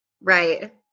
Right